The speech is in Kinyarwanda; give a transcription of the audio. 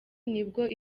nibwo